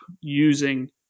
using